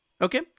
Okay